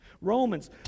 Romans